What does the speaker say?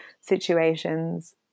situations